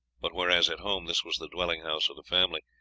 but, whereas at home this was the dwelling-house of the family,